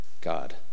God